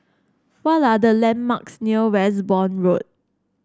what are the landmarks near Westbourne Road